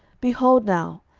behold now,